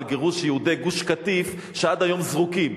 גירוש יהודי גוש-קטיף שעד היום זרוקים.